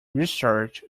research